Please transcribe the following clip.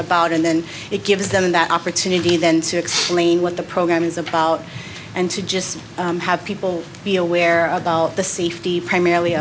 about and then it gives them that opportunity then to explain what the program is about and to just have people be aware of the safety primarily